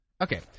okay